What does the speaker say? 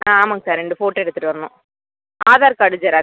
ஆ ஆமாம்ங்க சார் ரெண்டு ஃபோட்டோ எடுத்துகிட்டு வரணும் ஆதார் கார்டு ஜெராக்ஸ்